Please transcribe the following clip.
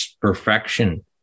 perfection